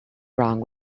wrong